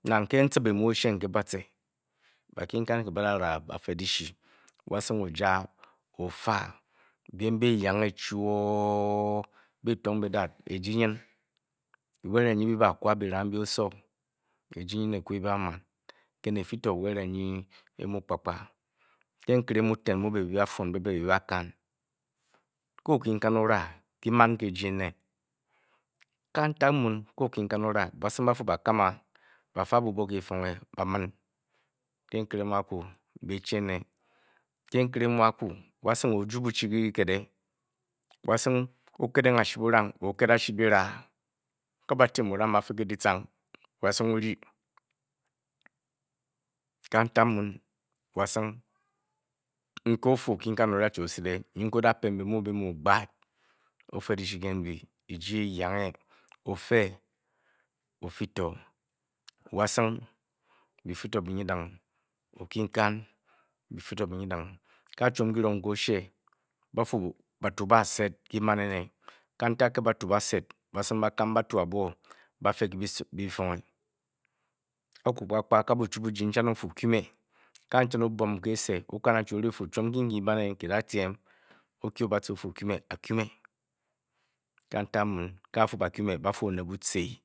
Nang ke neen, me oshe bakinkaa nke ba da ma ku-fe dyishi, washing oja oafa ryem bu-yuage chwon byi-tong bu neen a. eji nyin wa eringe nyi nyi-bakwaa byiraa mbyi osowo, ejii. nyin e. ka ebewan ke na efr to we eringe e-mu kpa kpa. ke nkere mu eten mu ba-fwon be, byi-bakan a okenkan o-raa, kyi-man ke eja emen, kant k a bubwo ke kyifonge, bamun a ke nkra mu aku, wasing ooju buchu ke kyikit o-ket ng ashi burang A ba-tyem burang ba-fe ke-dyicang wasing o-ryi i kantik meen. wasing o-fu, okenkan odachi ais o-set nyi nke odapem byimumu o-fe dyishi ke mbyi ejii edyange ofe ofi to wasing byifi to byi-nyit okinkane byifi to byi-nyitonga chwo kyi-be ke ashe, ba-fu bata baa-set kyi-man ene nke kantik a batu ba-set. bwesing ba-kam batu abwo ba-fe ke kypfonge aku kpakpa a nchon o-fu kyu, a o-bwom o-i o-fu nkyi nkyi ba, kyi dat yean kyu me a-kyu kantik a a-fu okyun me, o-f w o onut buce